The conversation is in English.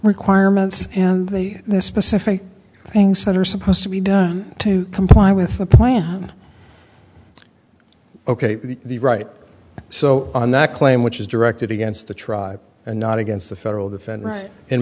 requirements and the specific things that are supposed to be done to comply with the plan ok the right so on that claim which is directed against the tribe and not against the federal defend